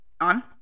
on